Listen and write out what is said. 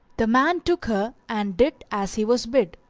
the man took her and did as he was bid.